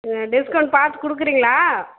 ம் டிஸ்கவுண்ட் பார்த்து கொடுக்குறீங்களா